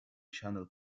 channel